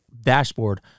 dashboard